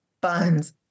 buns